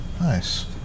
Nice